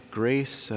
grace